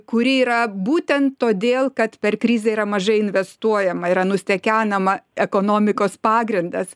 kuri yra būtent todėl kad per krizę yra mažai investuojama yra nustekenama ekonomikos pagrindas